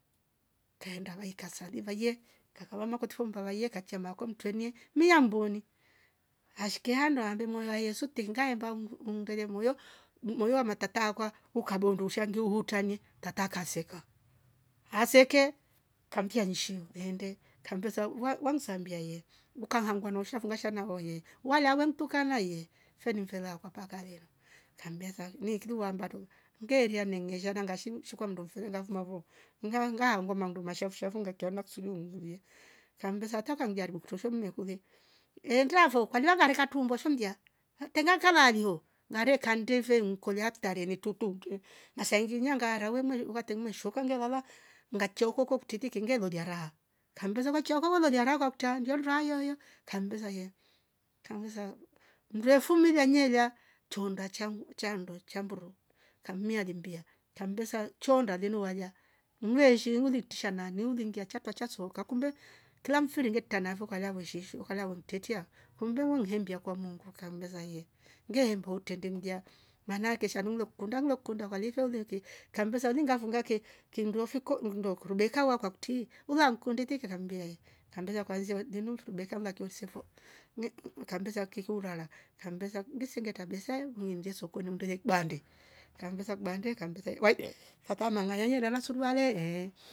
Kaenda waika kasaduva ye kakawa makutiva fumba ye kachia mako mtwene ni yamboni ashkia handandu mwala yesu tengaya hemba humdere muyo moyo wa matata kwa ukabondusha ngiu hu utani tata kaseka aseke kamkia hishi vende kambia sa vwavwanksambia he ukahangwa nausha fungasha nahoye waliwa wentuka naye fini fela kwa paka leno kambeza nikiri wambato ngeria nengesha nangshi shi kwa mndo felela fumavo ngao honga mgoma ndum shavu shavu ngakia kusuju ungulie kambesa ata kamjaribu kutemshe mmekule endafo kwalila kare katumbua shamjia mtenga kalalio nare kande veinkolia ktare nitutu utu nasaivinyia ngara we mwari uvameteshuka ngelala ngachiokoko kutindi kingelolia ra kambesa vachakokolia rakwa kwa tandia ro ryayo kambesa, mndwe fumilia nyelia chaunda changu uchandocha chamburo kamia limbia kambesa cho nda linu waja mnyweshi ulili tisha nani ungingia chapa chasoka kumbe kila mfiri nge tanavo kwala vweshishi wakala wemtitia kumbe weu hingimbia kwa mungu kambesa ye nyehimba utende mgia maanake shelalulo kunda lo kunda kwanifrliki kambesa lingafunga ke kindua fuko ngundo kurubeka waka kutii ula nkunditi kakambea he kambeka kwanza linu furubeka lakio sifo le mmmh kabesa kifu lala kambesa mbisi ngeta besa msai muinje sokoni unde bande kamvesa kubande kamvesa tata mama yerelala suruale ehh